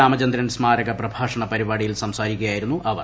രാമചന്ദ്രൻ സ്മാരക പ്രഭാഷണ പരിപാടിയിൽ സംസാരിക്കുകയായിരുന്നു അവർ